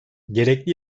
gerekli